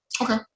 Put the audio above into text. Okay